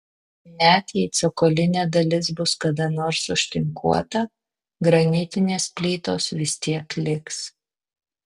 net jei cokolinė dalis bus kada nors užtinkuota granitinės plytos vis tiek liks